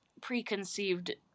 preconceived